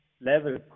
level